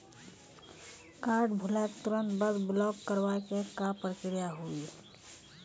Card भुलाए के तुरंत बाद ब्लॉक करवाए के का प्रक्रिया हुई?